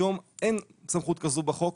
היום אין סמכות כזו בחוק.